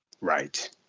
Right